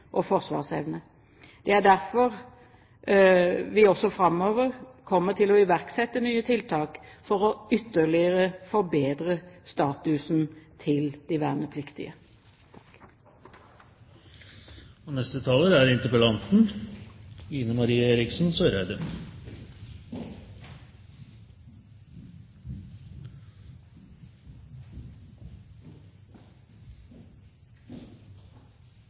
og forsvarsevne. Det er derfor vi også framover kommer til å iverksette nye tiltak for ytterligere å forbedre statusen til de vernepliktige. Jeg takker statsråden for svaret. Som jeg også nevnte i mitt innlegg, er